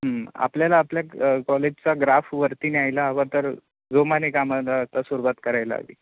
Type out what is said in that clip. आपल्याला आपल्या कॉलेजचा ग्राफ वरती न्यायला हवं तर जोमाने कामाला आता सुरुवात करायला हवी